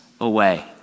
away